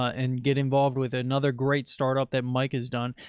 and get involved with another great startup that mike has done,